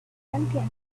santiago